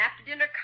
after-dinner